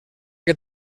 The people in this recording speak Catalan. que